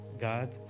God